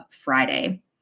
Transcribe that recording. Friday